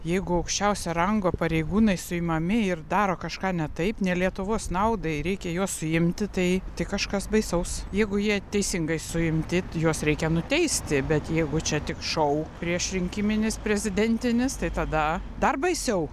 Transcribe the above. jeigu aukščiausio rango pareigūnai suimami ir daro kažką ne taip ne lietuvos naudai reikia juos suimti tai tai kažkas baisaus jeigu jie teisingai suimti juos reikia nuteisti bet jeigu čia tik šou priešrinkiminis prezidentinis tai tada dar baisiau